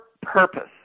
purpose